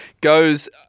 goes